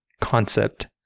concept